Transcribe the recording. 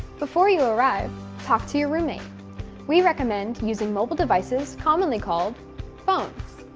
before you arrive talk to your roommate we recommend using mobile devices commonly called phones.